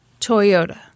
Toyota